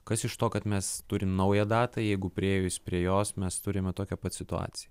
kas iš to kad mes turim naują datą jeigu priėjus prie jos mes turime tokią pat situaciją